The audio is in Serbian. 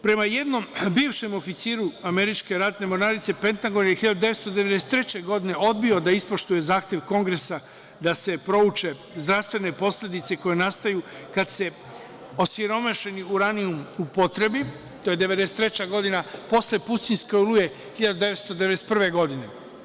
Prema jednom bivšem oficiru američke ratne mornarice, Pentagon je 1993. godine odbio da ispoštuje zahtev kongresa da se prouče zdravstvene posledice koje nastaju kada se osiromašeni uranijum upotrebi, to je 1993. godina posle Pustinjske oluje 1991. godine.